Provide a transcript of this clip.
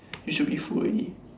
we should be full already